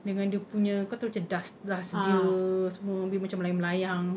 dengan dia punya kau tahu macam dust dust dia semua abeh macam melayang-layang